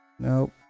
Nope